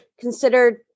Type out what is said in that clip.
considered